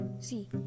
See